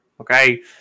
okay